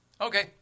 Okay